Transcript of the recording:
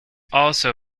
also